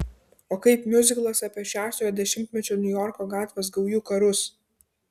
o kaip miuziklas apie šeštojo dešimtmečio niujorko gatvės gaujų karus